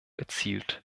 erzielt